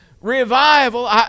Revival